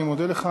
אני מודה לך.